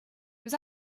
was